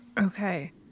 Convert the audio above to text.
Okay